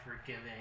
forgiving